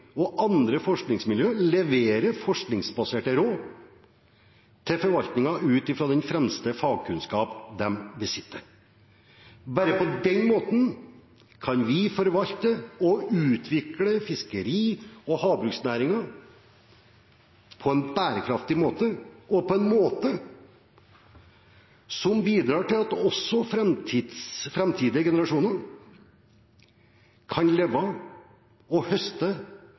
og andre forskningsmiljøer leverer forskningsbaserte råd til forvaltningen ut fra den fremste fagkunnskap de besitter. Bare på den måten kan vi forvalte og utvikle fiskeri- og havbruksnæringen på en bærekraftig måte og på en måte som bidrar til at også framtidige generasjoner kan leve av å høste